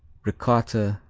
ricotta,